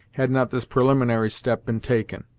had not this preliminary step been taken.